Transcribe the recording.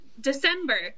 December